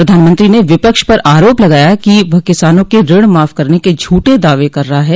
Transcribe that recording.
प्रधानमंत्री ने विपक्ष पर आरोप लगाया कि वह किसानों के ऋण माफ करने के झूठे दावे कर रहा है